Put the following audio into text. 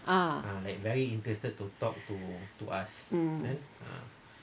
ah um